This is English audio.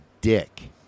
dick